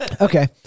Okay